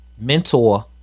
mentor